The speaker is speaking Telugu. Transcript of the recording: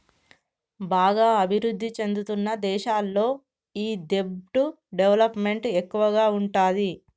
బాగా అభిరుద్ధి చెందుతున్న దేశాల్లో ఈ దెబ్ట్ డెవలప్ మెంట్ ఎక్కువగా ఉంటాది